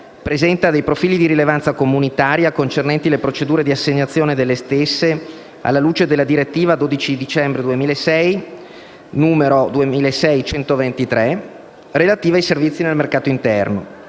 presenta profili di rilevanza comunitaria concernenti le procedure di assegnazione delle stesse, alla luce della direttiva del 12 dicembre 2006, n. 2006/123/CE, relativa ai servizi nel mercato interno.